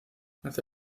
nace